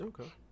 Okay